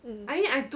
um